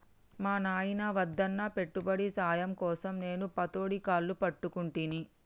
మా నాయిన వద్దన్నా పెట్టుబడి సాయం కోసం నేను పతోడి కాళ్లు పట్టుకుంటిని